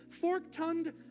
fork-tongued